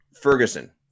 Ferguson